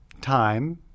time